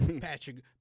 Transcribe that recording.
Patrick